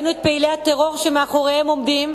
ראינו את פעילי הטרור שמאחוריהם עומדים